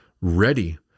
ready